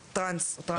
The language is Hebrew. טרנס או טרנסית.